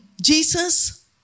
Jesus